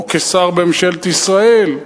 או כשר בממשלת ישראל,